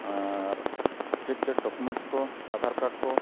ᱟᱨ ᱪᱮᱫ ᱪᱮᱫ ᱠᱚ ᱠᱚ